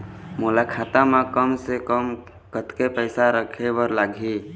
मोला खाता म कम से कम कतेक पैसा रखे बर लगही?